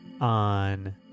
on